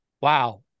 wow